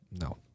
No